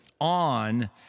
on